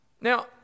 Now